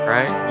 Right